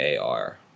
AR